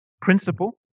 principle